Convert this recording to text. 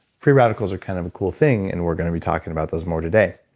free radicals are kind of a cool thing and we're going to be talking about those more today